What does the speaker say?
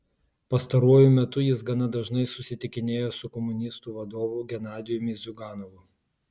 pastaruoju metu jis gana dažnai susitikinėjo su komunistų vadovu genadijumi ziuganovu